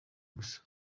gusa